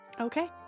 Okay